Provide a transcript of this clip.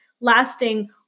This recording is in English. lasting